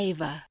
Ava